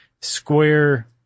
square